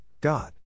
God